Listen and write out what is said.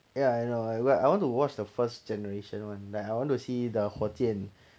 ya I know I what I want to watch the first generation [one] like I want to see the 火箭